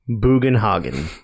bugenhagen